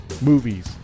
Movies